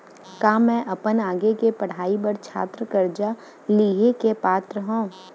का मै अपन आगे के पढ़ाई बर छात्र कर्जा लिहे के पात्र हव?